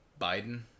biden